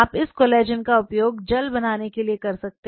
आप इस कोलेजन का उपयोग जैल बनाने के लिए कर सकते हैं